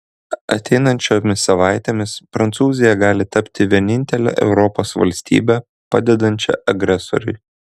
ateinančiomis savaitėmis prancūzija gali tapti vienintele europos valstybe padedančia agresoriui